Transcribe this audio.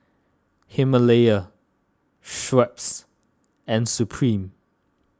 Himalaya Schweppes and Supreme